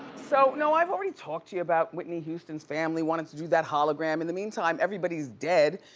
so, no, i've already talked to you about whitney houston's family wanting to do that hologram. in the meantime, everybody's dead.